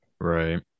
Right